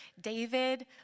David